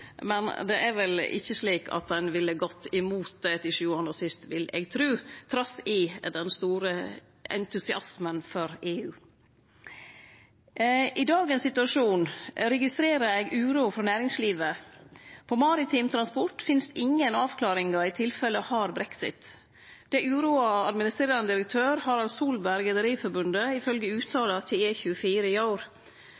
ville gått imot det, vil eg tru, trass i den store entusiasmen for EU. I dagens situasjon registrerer eg uro for næringslivet. For maritim transport finst ingen avklaringar i tilfelle «hard brexit». Det uroar administrerande direktør Harald Solberg